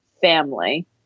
family